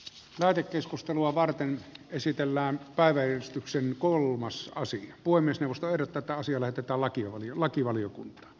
taidekeskustelua varten esitellään päiväjärjestyksen kolmas osin voimistelusta odotetaan siellä kitalaki on lakivaliokunta